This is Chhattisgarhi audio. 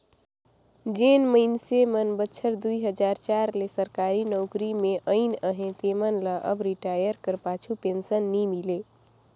जेन मइनसे मन बछर दुई हजार चार ले सरकारी नउकरी में अइन अहें तेमन ल अब रिटायर कर पाछू पेंसन नी मिले